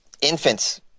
infants